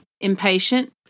impatient